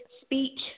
speech